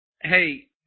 Hey